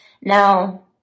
Now